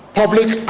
public